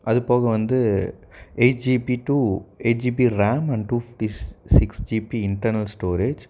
அது போக வந்து eight GB two eight GB RAM and two fifty சி சிக்ஸ் ஜிபி இன்டர்னல் ஸ்டோரேஜ்